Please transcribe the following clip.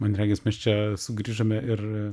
man regis mes čia sugrįžome ir